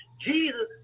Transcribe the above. Jesus